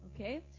okay